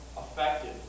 effective